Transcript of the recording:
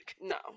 no